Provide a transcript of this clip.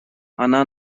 она